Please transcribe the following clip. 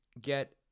get